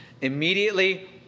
immediately